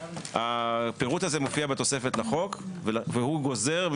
הפירוט הזה מופיע בתוספת לחוק והוא גוזר,